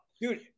Dude